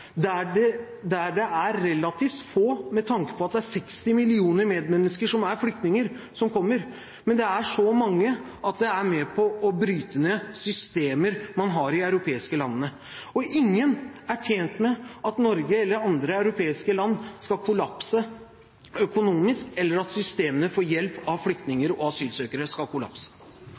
der det er relativt få som kommer, med tanke på at det er 60 millioner medmennesker som er flyktninger. Men det er så mange at det er med på å bryte ned de systemer man har i de europeiske landene. Ingen er tjent med at Norge eller andre europeiske land skal kollapse økonomisk, eller at systemene for hjelp til flyktninger og asylsøkere skal kollapse.